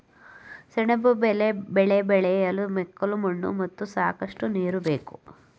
ಸೆಣಬು ಬೆಳೆ ಬೆಳೆಯಲು ಮೆಕ್ಕಲು ಮಣ್ಣು ಮತ್ತು ಸಾಕಷ್ಟು ನೀರು ಬೇಕು